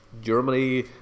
Germany